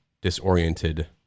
disoriented